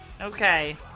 Okay